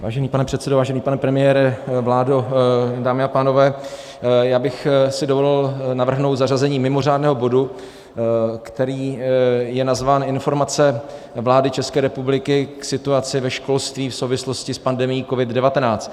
Vážený pane předsedo, vážený pane premiére, vládo, dámy a pánové, já bych si dovolil navrhnout zařazení mimořádného bodu, který je nazván Informace vlády České republiky k situaci ve školství v souvislosti s pandemií COVID19.